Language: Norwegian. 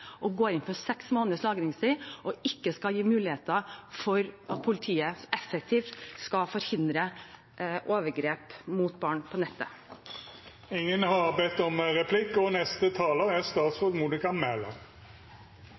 inn for seks måneders lagringstid og skal ikke gi muligheter for at politiet effektivt skal forhindre overgrep mot barn på